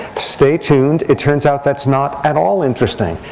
stay tuned, it turns out that's not at all interesting.